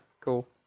Cool